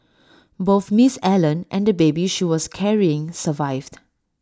both miss Allen and the baby she was carrying survived